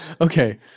Okay